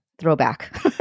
throwback